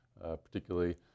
particularly